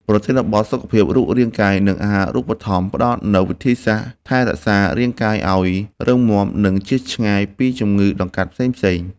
ប្រធានបទ សុខភាពរូបរាងកាយ និងអាហារូបត្ថម្ភ ផ្ដល់នូវវិធីសាស្ត្រថែរក្សារាងកាយឱ្យរឹងមាំ និងជៀសឆ្ងាយពីជំងឺដង្កាត់ផ្សេងៗ។